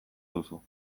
duzu